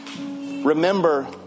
remember